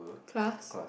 class